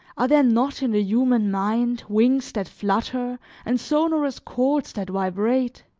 are there not in the human mind wings that flutter and sonorous chords that vibrate?